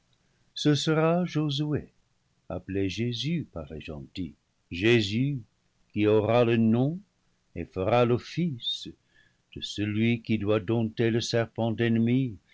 ce sera josué appelé jésus par les gentils jésus qui aura le nom et fera l'office de celui qui doit dompter le serpent ennemi